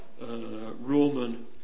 Roman